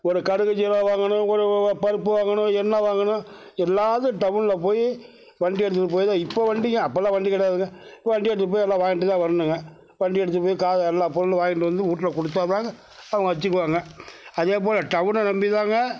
ஒரு கடுகு ஜீரகம் வாங்கணும் ஒரு பருப்பு வாங்கணும் எண்ணை வாங்கணும் எல்லாத்துக்கும் டவுனில் போய் வண்டி எடுத்துகிட்டு போய்தான் இப்போது வண்டிங்க அப்போலாம் வண்டி கிடையாதுங்க வண்டி எடுத்துகிட்டு போய் எல்லாம் வாங்கிகிட்டு தான் வரணுங்க வண்டி எடுத்துகிட்டு போய் காய் எல்லா பொருளும் வாங்கிகிட்டு வந்து வீட்ல கொடுத்தாதான் அவங்க வச்சுக்குவாங்க அதேபோல் டவுனை நம்பி தாங்க